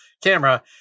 camera